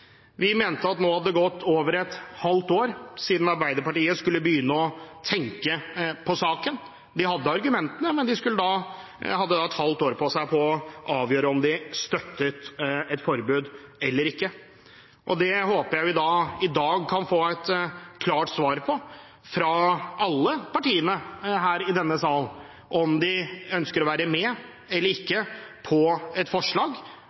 Vi mente at nå hadde det gått over et halvt år siden Arbeiderpartiet skulle begynne å tenke på saken. De hadde argumentene, men hadde hatt et halvt år på seg på å avgjøre om de støttet et forbud eller ikke. Jeg håper vi i dag kan få et klart svar fra alle partiene her i denne salen på om de ønsker å være med eller ikke på et forslag